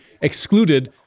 excluded